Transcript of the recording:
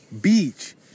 beach